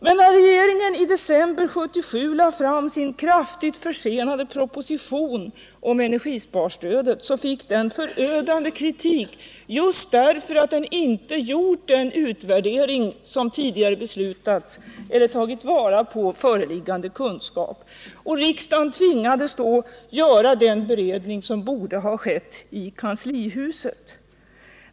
Men när regeringen i december 1977 lade fram sin kraftigt försenade proposition om energisparstödet, fick den förödande kritik just därför att den inte gjort den utvärdering som tidigare beslutats eller tagit vara på föreliggande kunskaper. Riksdagen tvingades då göra den beredning som borde ha skett i kanslihuset.